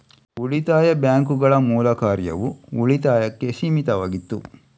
ಉಳಿತಾಯ ಬ್ಯಾಂಕುಗಳ ಮೂಲ ಕಾರ್ಯವು ಉಳಿತಾಯಕ್ಕೆ ಸೀಮಿತವಾಗಿತ್ತು